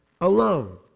alone